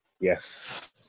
Yes